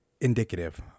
indicative